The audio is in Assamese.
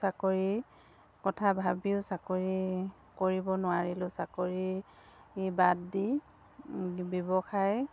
চাকৰি কথা ভাবিও চাকৰি কৰিব নোৱাৰিলোঁ চাকৰি বাদ দি ব্যৱসায়